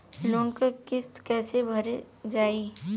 Loan क किस्त कैसे भरल जाए?